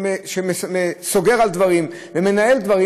שסוגר דברים ומנהל דברים,